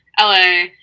LA